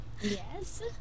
Yes